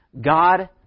God